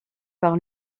par